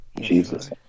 Jesus